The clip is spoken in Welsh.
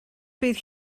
bydd